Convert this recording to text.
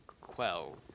quell